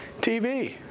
TV